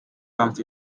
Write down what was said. comes